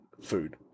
food